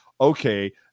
Okay